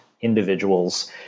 individuals